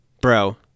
Bro